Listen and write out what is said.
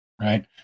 right